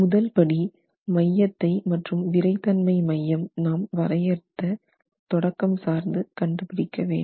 முதல் படி மையத்தை மற்றும் விறைத்தன்மை மையம் நாம் வரையறுத்த தொடக்கம் சார்ந்து கண்டுபிடிக்க வேண்டும்